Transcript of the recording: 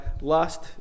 lust